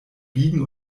biegen